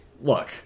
look